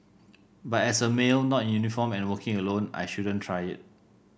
but as a male not in uniform and working alone I shouldn't try it